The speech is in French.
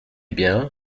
bien